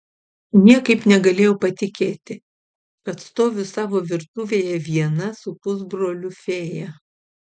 niekaip negalėjau patikėti kad stoviu savo virtuvėje viena su pusbroliu fėja